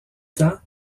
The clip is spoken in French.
temps